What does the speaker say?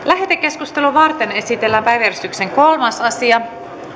lähetekeskustelua varten esitellään päiväjärjestyksen kolmas asia